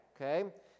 okay